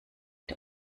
der